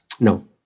No